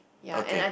okay